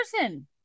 person